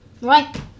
Right